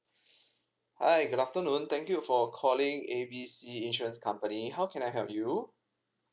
hi good afternoon thank you for calling A B C insurance company how can I help you